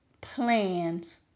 plans